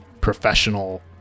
professional